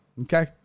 Okay